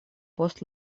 post